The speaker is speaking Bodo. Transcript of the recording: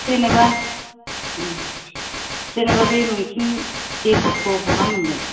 जेनेबा औ जेनेबा बे मैखुन बेगरखौ बहा मोनगोन